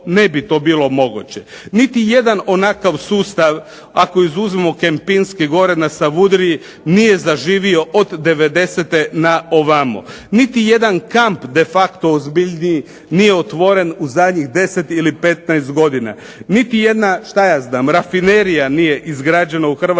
ne bi to bilo moguće. Niti jedan onakav sustav ako izuzmemo Kempinski gore na Savudriji nije zaživio od devedesete na ovamo. Niti jedan kamp de facto ozbiljniji nije otvoren u zadnjih 10 ili 15 godina. Niti jedna šta ja znam rafinerija nije izgrađena u Hrvatskoj